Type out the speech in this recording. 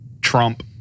trump